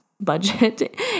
budget